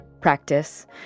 practice